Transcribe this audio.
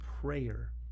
prayer